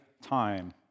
time